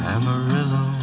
Amarillo